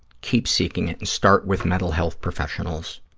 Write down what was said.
keep seeking it and start with mental health professionals.